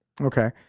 okay